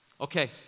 Okay